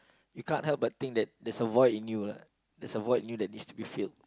you can't help but think that there's a void in you lah there's a void in you that needs to be filled